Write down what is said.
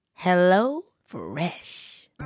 HelloFresh